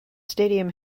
stadium